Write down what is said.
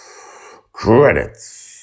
Credits